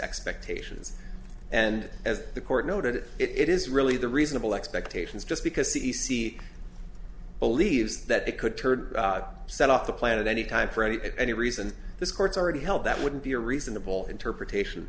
expectations and as the court noted it is really the reasonable expectations just because the e c believes that it could turn out set off the planet any time for any and any reason this court's already held that wouldn't be a reasonable interpretation